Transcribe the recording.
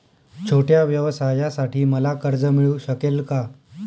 छोट्या व्यवसायासाठी मला कर्ज मिळू शकेल का?